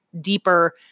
deeper